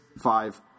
five